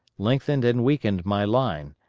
lengthened and weakened my line,